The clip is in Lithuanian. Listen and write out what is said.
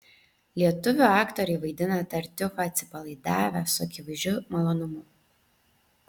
lietuvių aktoriai vaidina tartiufą atsipalaidavę su akivaizdžiu malonumu